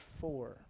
four